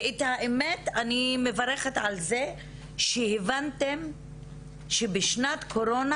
האמת אני מברכת על זה שהבנתם שבשנת קורונה